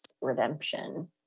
redemption